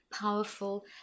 powerful